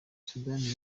sudani